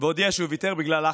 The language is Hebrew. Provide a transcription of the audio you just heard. והודיע שהוא ויתר בגלל לחץ.